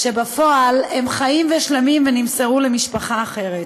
כשבפועל הם חיים ושלמים ונמסרו למשפחה אחרת.